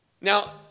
Now